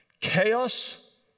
Chaos